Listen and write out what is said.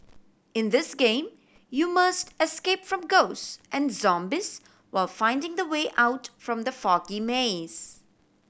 in this game you must escape from ghost and zombies while finding the way out from the foggy maze